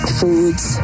foods